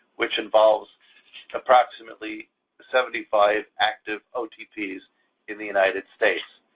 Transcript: which involves approximately seventy five active otps in the united states.